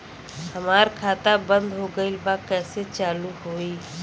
हमार खाता बंद हो गईल बा कैसे चालू होई?